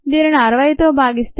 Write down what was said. దీనిని 60 తో భాగిస్తే మనకు 7